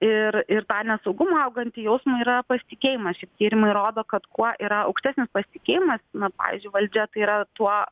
ir ir tą nesaugumą augantį jausmą yra pasitikėjimasšie tyrimai rodo kad kuo yra aukštesnis pasitikėjimas na pavyzdžiui valdžiatai yra tuo